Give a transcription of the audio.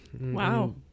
wow